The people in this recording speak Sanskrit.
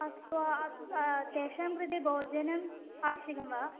अस्तु अस् तेषां कृते भोजनम् आवश्यकं वा